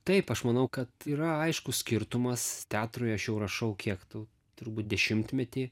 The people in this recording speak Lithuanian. taip aš manau kad yra aiškus skirtumas teatrui aš jau rašau kiek tų turbūt dešimtmetį